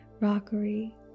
rockery